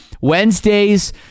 Wednesdays